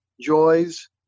joys